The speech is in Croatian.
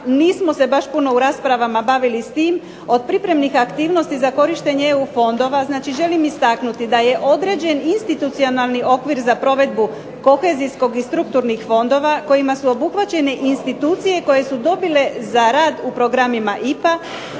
nismo se baš buno u raspravama bavili s tim, od pripremnih aktivnosti za korištenje EU fondova. Znači, želim istaknuti da je određen institucionalni okvir za provedbu kohezijskog i strukturnih fondova kojima su obuhvaćene institucije koje su dobile za rad u programima IPA,